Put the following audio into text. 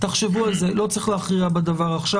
תחשבו על זה, לא צריך להכריע בדבר עכשיו.